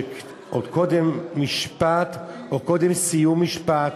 שעוד קודם משפט או קודם סיום משפט,